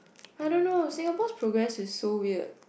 I don't know Singapore progress is so weird